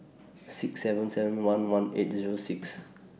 six seven seven one one eight Zero six